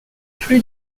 plus